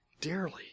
dearly